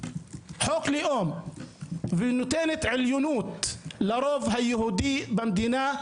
חוק לאום ונותנת עליונות לרוב היהודי במדינה,